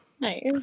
Nice